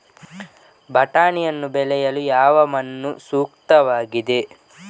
ಬಟಾಣಿಯನ್ನು ಬೆಳೆಯಲು ಯಾವ ಮಣ್ಣು ಸೂಕ್ತವಾಗಿದೆ?